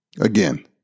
Again